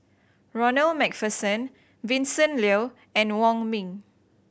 Ronald Macpherson Vincent Leow and Wong Ming